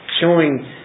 Showing